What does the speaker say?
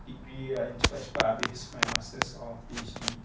degree cepat-cepat habis my masters or P_H_D